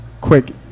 quick